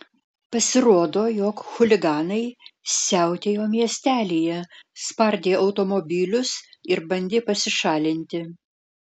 pasirodo jog chuliganai siautėjo miestelyje spardė automobilius ir bandė pasišalinti